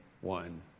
one